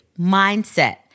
mindset